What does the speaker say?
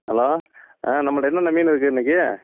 hello நம்மள்கிட்ட என்னென்ன மீன் இருக்குது இன்றைக்கி